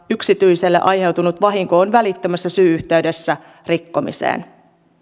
yksityiselle aiheutunut vahinko on välittömässä syy yhteydessä rikkomiseen